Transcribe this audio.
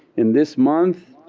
in this month